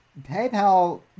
PayPal